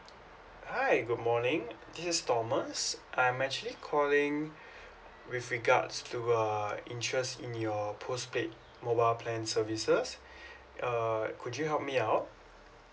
hi good morning this is thomas I'm actually calling with regards to uh interest in your postpaid mobile plan services uh could you help me out